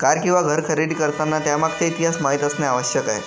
car किंवा घर खरेदी करताना त्यामागचा इतिहास माहित असणे आवश्यक आहे